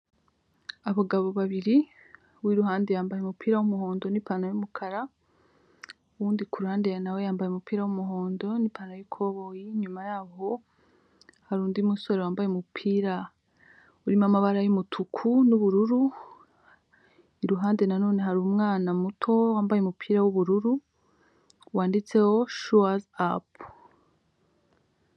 Abagabo babiri, uw'iruhande yambaye umupira w'umuhondo n'ipantaro y'umukara, uwundi ku ruhande na we yambaye umupira w'umuhondo n'ipantaro y'ikoboyi, inyuma yaho hari undi musore wambaye umupira urimo amabara y'umutuku n'ubururu, iruhande na none hari umwana muto wambaye umupira w'ubururu wanditseho shuwazi apu.